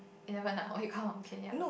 eleven ah oh you count okay ya